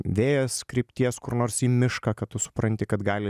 vėjas krypties kur nors į mišką kad tu supranti kad gali